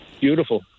Beautiful